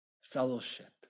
fellowship